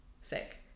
sick